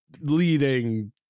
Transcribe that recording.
leading